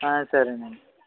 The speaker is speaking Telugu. ఆ సరేనండి